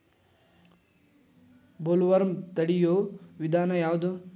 Bollworm ತಡಿಯು ವಿಧಾನ ಯಾವ್ದು?